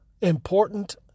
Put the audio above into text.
important